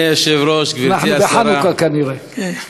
אנחנו בחנוכה, כנראה.